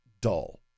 dull